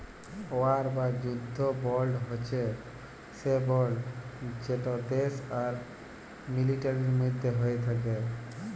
war বা যুদ্ধ বল্ড হছে সে বল্ড যেট দ্যাশ আর মিলিটারির মধ্যে হ্যয়ে থ্যাকে